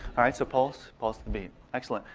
right, so pulse, pulse to the beat. excellent,